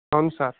అవును సార్